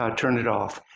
ah turn it off.